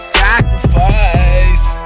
sacrifice